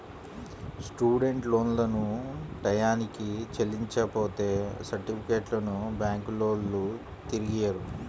student లోన్లను టైయ్యానికి చెల్లించపోతే సర్టిఫికెట్లను బ్యాంకులోల్లు తిరిగియ్యరు